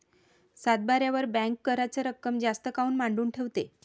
सातबाऱ्यावर बँक कराच रक्कम जास्त काऊन मांडून ठेवते?